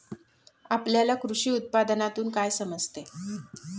आपल्याला कृषी उत्पादनातून काय समजते?